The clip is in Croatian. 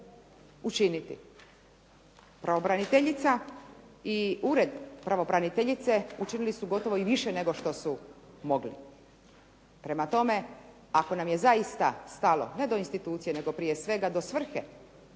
učiniti. Pravobraniteljica i Ured pravobraniteljice učinili su gotovo i više nego što su mogli. Prema tome, ako nam je zaista stalo, ne do institucije, nego prije svega do svrhe